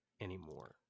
anymore